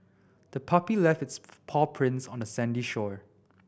the puppy left its paw prints on the sandy shore